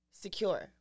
secure